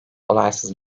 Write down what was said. olaysız